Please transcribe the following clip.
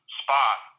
spot